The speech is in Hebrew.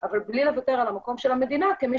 אבל בלי לוותר על המקום של המדינה כמי